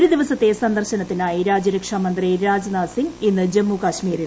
ഒരു ദിവസത്തെ സന്ദർശനത്തിനാടുയി രാജ്യരക്ഷാമന്ത്രി രാജ്നാഥ് സിംഗ് ഇന്ന് ജമ്മുകൾമീരിൽ